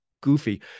goofy